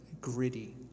gritty